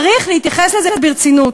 צריך להתייחס לזה ברצינות.